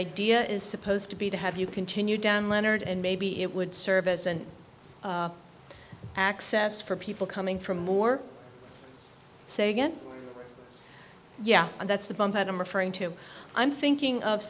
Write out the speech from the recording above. idea is supposed to be to have you continue down leonard and maybe it would serve as an access for people coming from more say again yeah and that's the bump that i'm referring to i'm thinking of